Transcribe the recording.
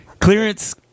Clearance